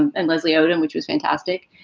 and and leslie odom, which was fantastic.